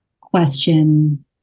question